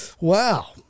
wow